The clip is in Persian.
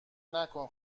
نکن